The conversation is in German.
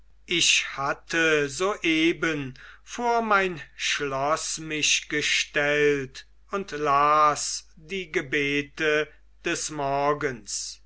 ich hatte soeben vor mein schloß mich gestellt und las die gebete des morgens